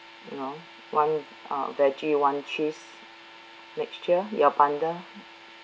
you know one uh vege one cheese mixture your bundle